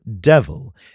devil